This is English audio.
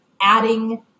adding